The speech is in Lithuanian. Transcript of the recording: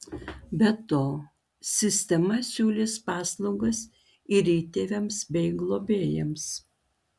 be to sistema siūlys paslaugas ir įtėviams bei globėjams